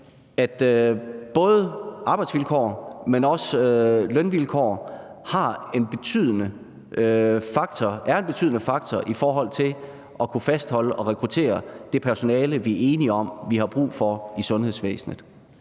at både arbejdsvilkår, men også lønvilkår er en betydende faktor i forhold til at kunne fastholde og rekruttere det personale, vi er enige om vi har brug for i sundhedsvæsenet?